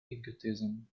egotism